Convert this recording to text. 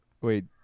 Wait